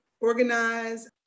organize